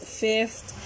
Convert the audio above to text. fifth